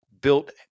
built